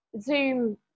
Zoom